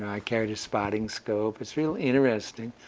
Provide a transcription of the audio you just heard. i carried a spotting scope. it's real interesting.